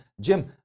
jim